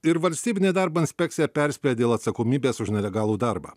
ir valstybinė darbo inspekcija perspėja dėl atsakomybės už nelegalų darbą